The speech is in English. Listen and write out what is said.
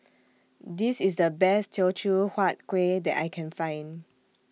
This IS The Best Teochew Huat Kuih that I Can Find